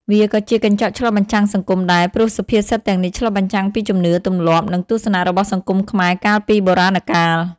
វាក៏ជាកញ្ចក់ឆ្លុះបញ្ចាំងសង្គមដែរ ព្រោះសុភាសិតទាំងនេះឆ្លុះបញ្ចាំងពីជំនឿ ទម្លាប់ និងទស្សនៈរបស់សង្គមខ្មែរកាលពីបូរាណកាល។